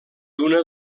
una